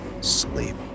sleep